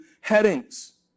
headings